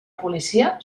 policia